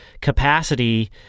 capacity